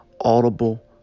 Audible